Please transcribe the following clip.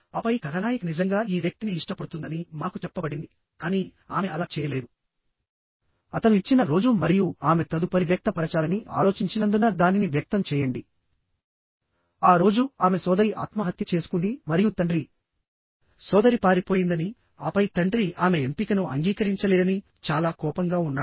ఆపై కథానాయిక నిజంగా ఈ వ్యక్తిని ఇష్టపడుతుందని మాకు చెప్పబడింది కానీ ఆమె అలా చేయలేదు అతను ఇచ్చిన రోజు మరియు ఆమె తదుపరి వ్యక్తపరచాలని ఆలోచించినందున దానిని వ్యక్తం చేయండి ఆ రోజు ఆమె సోదరి ఆత్మహత్య చేసుకుంది మరియు తండ్రి సోదరి పారిపోయిందని ఆపై తండ్రి ఆమె ఎంపికను అంగీకరించలేదని చాలా కోపంగా ఉన్నాడు